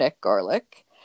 garlic